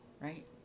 Right